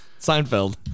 Seinfeld